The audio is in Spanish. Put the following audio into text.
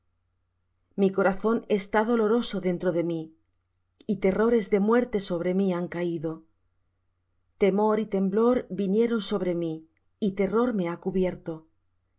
mi corazón está doloroso dentro de mí y terrores de muerte sobre mí han caído temor y temblor vinieron sobre mí y terror me ha cubierto